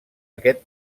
aquest